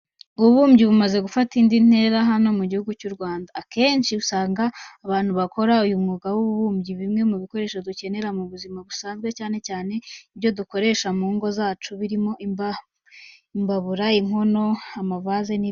Ububumbyi bumaze gufata indi ntera hano mu gihugu cy'u Rwanda. Akenshi usanga abantu bakora uyu mwuga babumba bimwe mu bikoresho dukenera mu buzima busanzwe cyane cyane ibyo dukoresha mu ngo zacu birimo imbabura, inkono, amavaze n'ibindi.